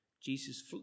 Jesus